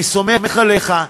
אני סומך עליך,